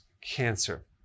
cancer